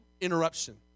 interruption